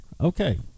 okay